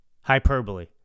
Hyperbole